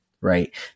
right